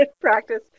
practice